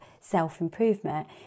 self-improvement